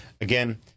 Again